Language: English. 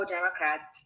Democrats